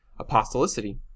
Apostolicity